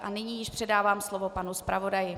A nyní již předávám slovo panu zpravodaji.